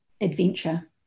adventure